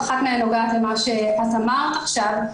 אחת מהן נוגעת למה שדיברת עכשיו.